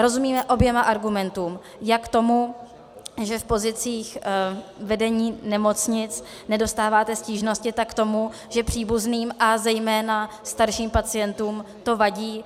Rozumíme oběma argumentům, jak tomu, že v pozicích vedení nemocnic nedostáváte stížnosti, tak tomu, že příbuzným a zejména starším pacientům to vadí.